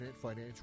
Financial